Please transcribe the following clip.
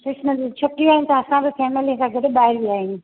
Christmas जी छुट्टियूं आइन त असां बि फ़ैमिली सां गॾु ॿाहिरि विया आयूं